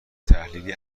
تحلیلی